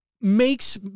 makes